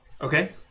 Okay